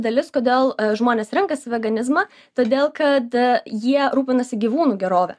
dalis kodėl žmonės renkasi veganizmą todėl kad jie rūpinasi gyvūnų gerove